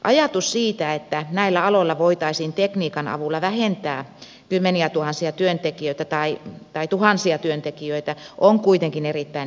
ajatus siitä että näillä aloilla voitaisiin tekniikan avulla vähentää kymmeniätuhansia tai tuhansia työntekijöitä on kuitenkin erittäin epärealistinen